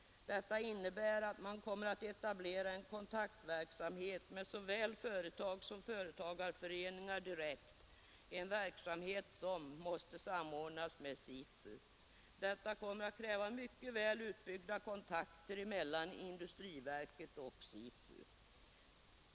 Detta innebär att verket kommer att etablera en kontaktverksamhet med såväl företag som företagareföreningar direkt, en verksamhet som måste samordnas med SIFU. Detta kommer att kräva mycket väl utbyggda kontakter mellan industriverket och SIFU.